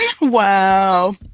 Wow